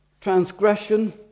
transgression